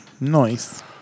Nice